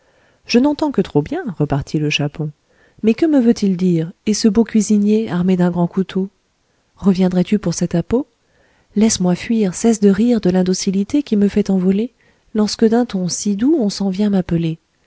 je n'entends que trop bien repartit le chapon mais que me veut-il dire et ce beau cuisinier armé d'un grand couteau reviendrais-tu pour cet appeau laisse-moi fuir cesse de rire de l'indocilité qui me fait envoler lorsque d'un ton si doux on s'en vient m'appeler